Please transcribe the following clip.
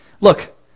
look